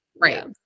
Right